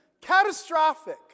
catastrophic